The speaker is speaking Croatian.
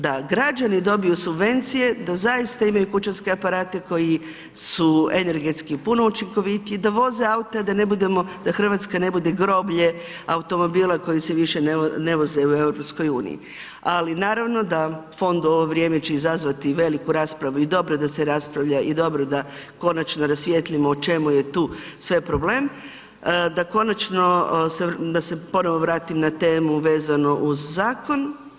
Da građani dobiju subvencije, da zaista imaju kućanske aparate koji su energetski su puno učinkovitiji, da voze aute da ne budemo, da Hrvatska ne bude groblje automobila koji se više ne voze u EU, ali naravno da fond u ovo vrijeme će izazvati veliku raspravu i dobro da se raspravlja i dobro da konačno rasvijetlimo o čemu je tu sve problem, da konačno, da se ponovo vratim na temu vezano uz zakon.